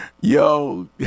Yo